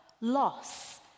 loss